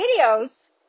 videos